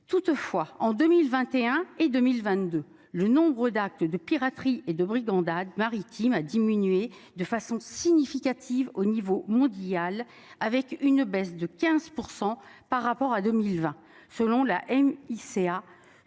Toutefois en 2021 et 2022 le nombre d'actes de piraterie et de brigandage maritime a diminué de façon significative au niveau mondial, avec une baisse de 15% par rapport à 2020, selon la ICA